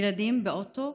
ילדים באוטו,